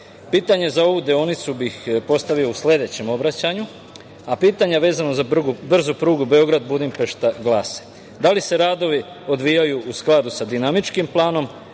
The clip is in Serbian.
Pitanje za ovu deonicu bih postavio u sledećem obraćanju, a pitanje vezano za brzu prugu Beograd – Budimpešta glase: da li se radovi odvijaju u skladu sa dinamičkim planom;